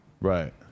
Right